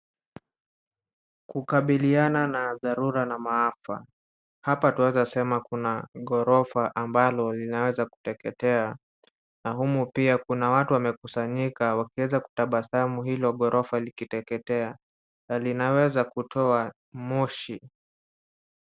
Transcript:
Kukabiliana na dharura na maafa. Hapa twawezasema kuna ghorofa ambalo linaweza kuteketea na humu pia kuna watu wamekusanyika wakieza kutabasamu hilo ghorofa likiteketea na linawezakutoa moshi.